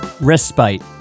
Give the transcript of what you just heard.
Respite